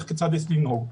כיצד יש לנהוג.